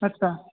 ਅੱਛਾ